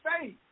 faith